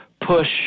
push